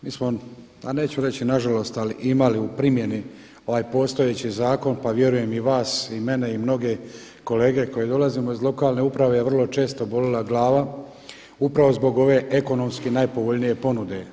Mi smo neću reći nažalost, ali imali u primjeni ovaj postojeći zakon pa vjerujem i vas i mene i mnoge kolege koje dolazimo iz lokalne uprave je vrlo često bolila glava upravo zbog ove ekonomski najpovoljnije ponude.